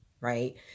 right